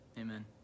Amen